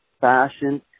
fashion